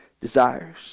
desires